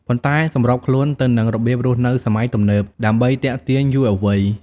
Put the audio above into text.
ប៉ុន្តែសម្របខ្លួនទៅនឹងរបៀបរស់នៅសម័យទំនើប ដើម្បីទាក់ទាញយុវវ័យ។